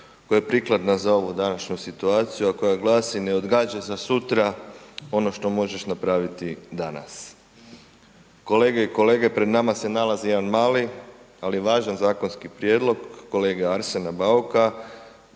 koja je prikladna za ovu današnju situaciju, a koja glasi ne odgađaj za sutra ono što možeš napraviti danas. Kolege i kolege, pred nama se nalazi jedan mali, ali važan zakonski prijedlog kolege Arsena Bauka,